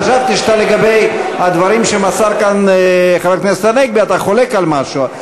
חשבתי שלגבי הדברים שמסר כאן חבר הכנסת הנגבי אתה חולק על משהו.